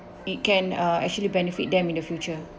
it can uh actually benefit them in the future